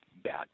bad